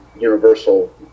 Universal